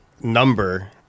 number